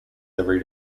every